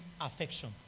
affection